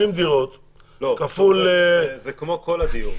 30 דירות כפול --- לא, זה כמו כל הדיור.